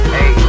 Hey